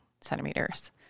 centimeters